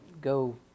go